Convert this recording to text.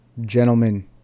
gentlemen